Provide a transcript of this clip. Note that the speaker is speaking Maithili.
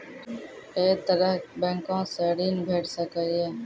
ऐ तरहक बैंकोसऽ ॠण भेट सकै ये?